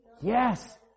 Yes